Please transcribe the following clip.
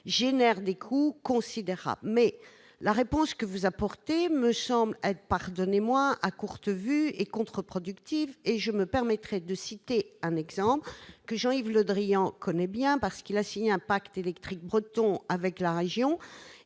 génère des coûts considérables, mais la réponse que vous apportez me semble pardonnez-moi à courte vue et contre-productive, et je me permettrai de citer un exemple que Jean-Yves Le Drian connaît bien parce qu'il a signé un pacte électrique breton avec la région